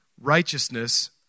righteousness